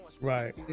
right